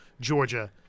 Georgia